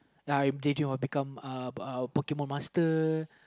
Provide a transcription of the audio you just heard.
ya I daydream of becomeuhPokemon master